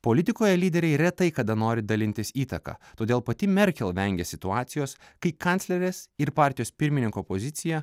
politikoje lyderiai retai kada nori dalintis įtaka todėl pati merkel vengia situacijos kai kanclerės ir partijos pirmininko poziciją